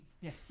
Yes